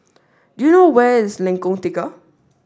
do you know where is Lengkong Tiga